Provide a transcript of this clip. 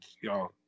y'all